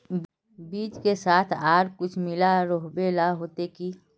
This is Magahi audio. बीज के साथ आर कुछ मिला रोहबे ला होते की?